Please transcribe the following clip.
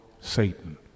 Satan